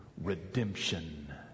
redemption